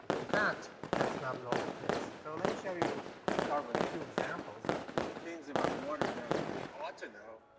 in fact, that's not at all the case. so, let me show you, to start with, a few examples of things about water that we ought to know,